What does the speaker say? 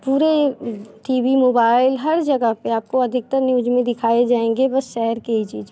पूरे TV mobile हर जगह पर आपको अधिकतर न्यूज में दिखाए जाएँगे वो शहर की ही चीज़